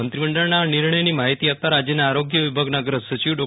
મંત્રી મંડળના આ નિર્ણયની માહિતી આપતા રાજયના આરોગ્ય વિભાગના અગ્ર સચિવ ડો